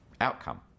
outcome